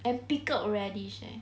and pickled radish leh